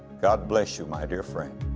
god bless you my dear friend.